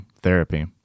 therapy